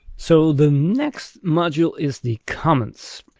so the next module is the comments.